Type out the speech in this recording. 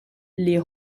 les